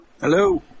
Hello